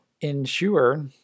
ensure